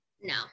No